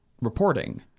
reporting